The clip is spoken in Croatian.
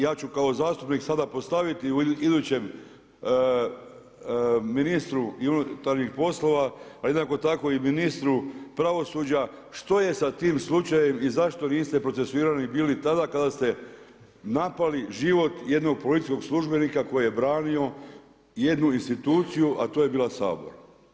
Ja ću sada kao zastupnik sada postaviti idućem ministru unutarnjih poslova, a jednako tako i ministru pravosuđa, što je sa tim slučajem i zašto niste bili procesuirani tada kada ste napali život jednog policijskog službenika koji je branio jednu instituciju, a to je bio Sabor.